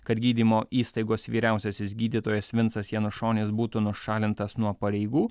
kad gydymo įstaigos vyriausiasis gydytojas vincas janušonis būtų nušalintas nuo pareigų